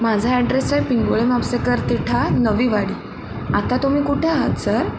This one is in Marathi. माझा अॅड्रेस आहे पिंगुळी म्हापसेकर तिठा नवी वाडी आता तुम्ही कुठे आहात सर